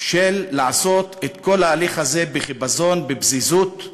של לעשות את כל ההליך הזה בחיפזון, בפזיזות,